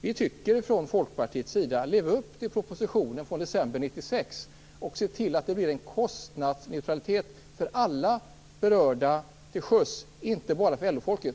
Vi säger från Folkpartiets sida: Lev upp till det som föreslås i propositionen från december 1996 och se till att det blir en kostnadsneutralitet för alla berörda till sjöss, inte bara för LO-folket!